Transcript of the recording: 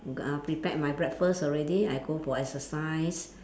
g~ uh prepare my breakfast already I go for exercise